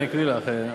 אני אקריא לך.